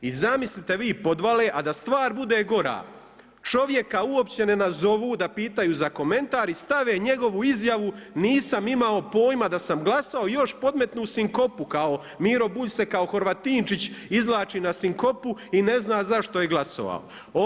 I zamislite vi podvale, a da stvar bude gora, čovjeka uopće ne nazovu da pitaju za komentar i stave njegovu izjavu: „Nisam imao pojma da sa glasao“ i još podmetnu sinkopu kao Miro Bulj se kao Horvatinčić izvlači na sinkopu i ne zna za što je glasovao.